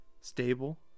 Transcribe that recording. stable